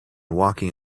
walking